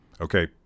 Okay